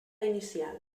inicial